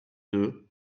deux